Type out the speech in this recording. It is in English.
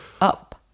Up